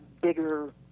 bigger